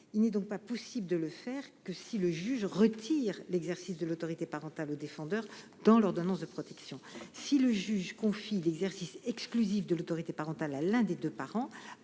Il n'est donc possible de le faire que si le juge retire l'exercice de l'autorité parentale au défendeur dans l'ordonnance de protection. Si le juge confie l'exercice exclusif de l'autorité parentale à l'un des deux parents,